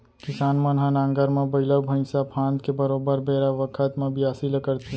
किसान मन ह नांगर म बइला भईंसा फांद के बरोबर बेरा बखत म बियासी ल करथे